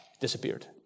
Disappeared